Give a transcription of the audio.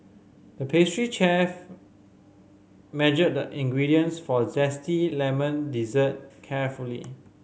the pastry chef measured the ingredients for a zesty lemon dessert carefully